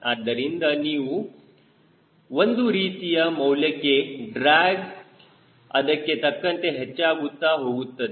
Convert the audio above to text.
ಆದ್ದರಿಂದ ಒಂದು ರೀತಿಯ tc ಮೌಲ್ಯಕ್ಕೆ ಡ್ರ್ಯಾಗ್ ಅದಕ್ಕೆ ತಕ್ಕಂತೆ ಹೆಚ್ಚಾಗುತ್ತಾ ಹೋಗುತ್ತದೆ